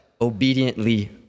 obediently